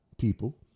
people